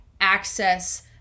access